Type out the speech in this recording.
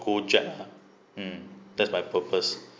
gojek mm that's my purpose